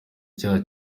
cyaha